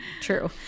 True